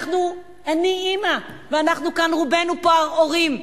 אני אמא, ואנחנו כאן רובנו הורים.